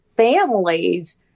Families